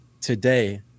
today